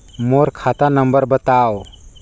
मोर खाता नम्बर बताव?